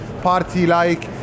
party-like